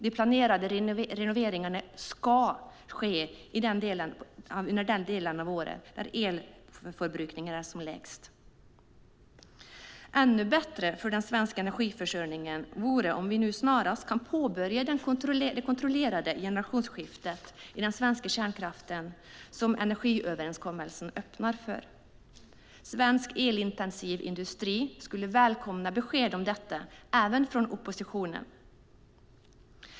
De planerade renoveringarna ska ske under den del av året då elförbrukningen är som lägst. Ännu bättre för den svenska energiförsörjningen vore det om vi nu snarast kunde påbörja det kontrollerade generationsskifte i den svenska kärnkraften som energiöverenskommelsen öppnar för. Svensk elintensiv industri skulle välkomna besked om detta även från oppositionen. Herr talman!